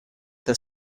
the